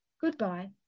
Goodbye